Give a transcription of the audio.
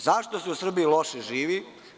Zašto se u Srbiji loše živi?